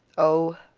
oh,